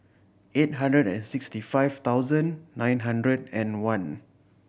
eight hundred and sixty five thousand nine hundred and one